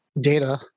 data